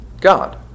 God